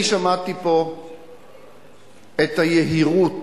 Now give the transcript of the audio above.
אני שמעתי פה את היהירות,